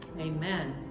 amen